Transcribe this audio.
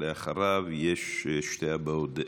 אחריו יש שתי הבעות דעה,